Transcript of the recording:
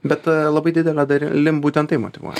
bet labai didele dalim būtent tai motyvuoja